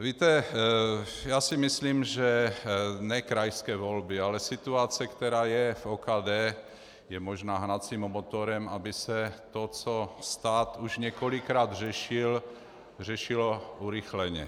Víte, já si myslím, že ne krajské volby, ale situace, která je v OKD, je možná hnacím motorem, aby se to, co stát už několikrát řešil, řešilo urychleně.